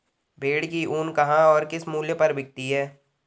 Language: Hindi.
भेड़ की ऊन कहाँ और किस मूल्य पर बिकती है?